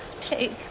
take